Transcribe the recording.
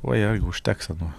o jeigu užteks ano